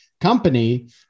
company